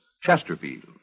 Chesterfield